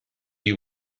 you